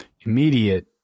Immediate